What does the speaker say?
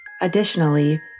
Additionally